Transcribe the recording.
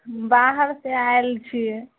बाहरसँ आएल छिए